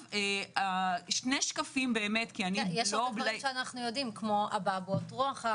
יש דברים שאנחנו יודעים כמו אבעבועות רוח,